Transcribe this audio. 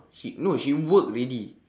she no she work already